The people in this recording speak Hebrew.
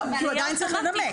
לא, כי הוא עדיין צריך לנמק.